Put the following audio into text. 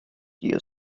your